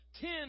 Ten